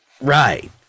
Right